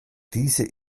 diese